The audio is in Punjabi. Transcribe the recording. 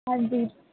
ਹਾਂਜੀ